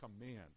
command